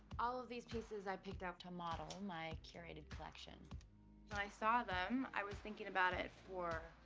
all of these pieces, i picked out to model my curated collection i saw them, i was thinking about it for